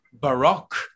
baroque